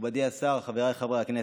מכובדי השר, חבריי חברי הכנסת,